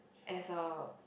as a